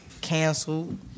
canceled